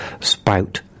Spout